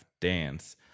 dance